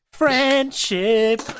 Friendship